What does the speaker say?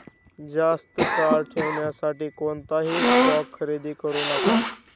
जास्त काळ ठेवण्यासाठी कोणताही स्टॉक खरेदी करू नका